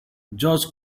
judge